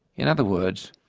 in other words,